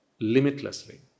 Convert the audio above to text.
limitlessly